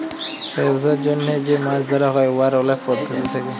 ব্যবসার জ্যনহে যে মাছ ধ্যরা হ্যয় উয়ার অলেক পদ্ধতি থ্যাকে